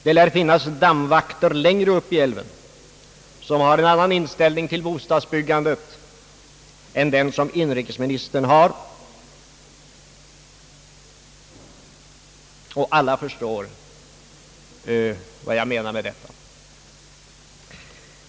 Det lär finnas dammvakter längre upp i älven som har en annan inställning till bostads byggandet än den inrikesministern har; alla förstår säkert vad jag menar med detta.